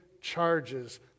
charges